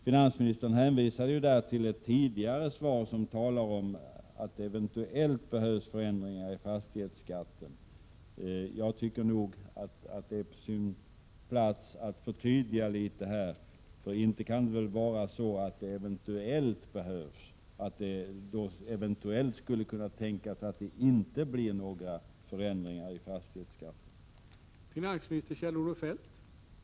Finansministern hänvisade där till ett tidigare svar, i vilket nämndes att det eventuellt behövs förändringar i fastighetsskatten. Jag anser att det är på sin plats att förtydliga detta. Inte kan det vara så att det ”eventuellt” behövs förändringar, att det eventuellt skulle kunna tänkas att det inte blir några förändringar i fastighetsbeskattningen!